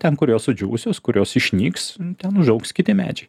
ten kur jos sudžiūvusios kurios išnyks ten užaugs kiti medžiai